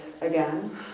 again